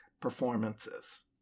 performances